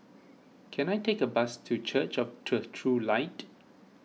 can I take a bus to Church of the True Light